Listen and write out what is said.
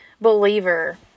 believer